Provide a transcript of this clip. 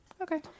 Okay